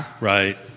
Right